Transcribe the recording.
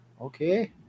Okay